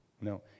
No